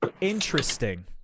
interesting